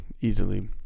easily